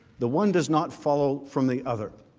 the one does not fall from the other